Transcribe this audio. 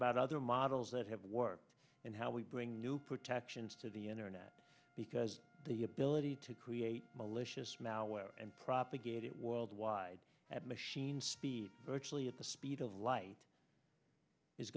about other models that have worked and how we bring new protections to the internet because the ability to create malicious malware and propagate it worldwide at machine speed virtually at the speed of light is